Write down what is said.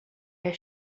his